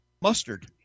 Mustard